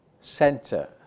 center